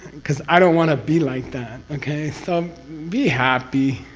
because i don't want to be like that. okay? so, be happy,